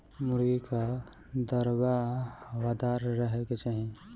मुर्गी कअ दड़बा हवादार रहे के चाही